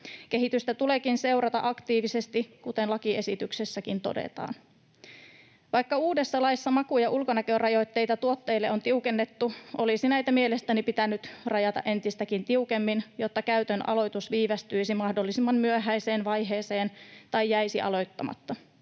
Kehitystä tuleekin seurata aktiivisesti, kuten lakiesityksessäkin todetaan. Vaikka uudessa laissa maku- ja ulkonäkörajoitteita tuottajille on tiukennettu, olisi näitä mielestäni pitänyt rajata entistäkin tiukemmin, jotta käytön aloitus viivästyisi mahdollisimman myöhäiseen vaiheeseen tai jäisi aloittamatta.